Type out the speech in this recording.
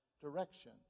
direction